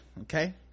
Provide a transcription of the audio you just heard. Okay